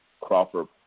Crawford